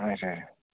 اَچھا اَچھا